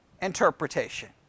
interpretation